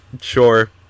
sure